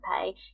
pay